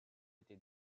était